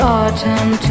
autumn